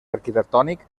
arquitectònic